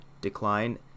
decline